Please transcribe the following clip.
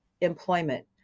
employment